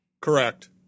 Correct